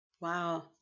Wow